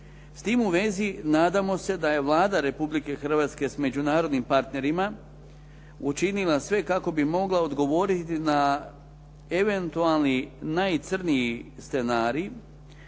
S tim u vezi nadamo se da je Vlada Republike Hrvatske s međunarodnim partnerima učinila sve kako bi mogla odgovoriti na eventualni najcrniji scenarij,